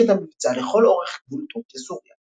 את המבצע לכל אורך גבול טורקיה-סוריה.